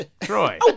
Troy